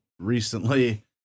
recently